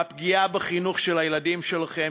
בפגיעה בחינוך של הילדים שלכם,